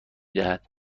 دهد